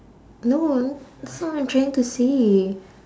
no that's not what I'm trying to say